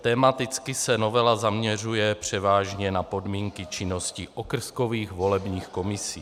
Tematicky se novela zaměřuje převážně na podmínky činnosti okrskových volebních komisí.